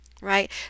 right